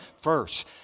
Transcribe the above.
first